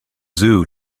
zoo